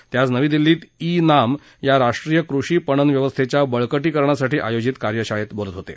ते आज नवी दिल्लीत ई नाम या राष्ट्रीय कृषी पणन व्यवस्थेच्या बळकटीकरणासाठी आयोजित कार्यशाळेत बोलत होते